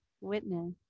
witness